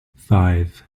five